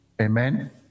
Amen